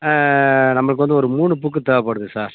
நமக்கு வந்து ஒரு மூணு புக்கு தேவைப்படுது சார்